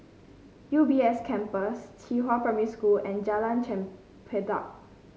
U B S Campus Qihua Primary School and Jalan Chempedak